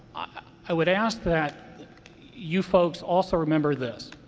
i would ask that you folks also remember this.